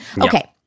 Okay